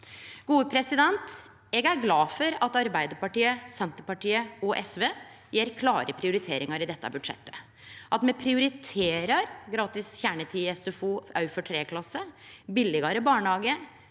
velgerne». Eg er glad for at Arbeidarpartiet, Senterpartiet og SV har klare prioriteringar i dette budsjettet, at me prioriterer gratis kjernetid i SFO òg for 3. klasse, billegare barnehage,